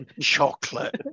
chocolate